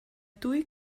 dwy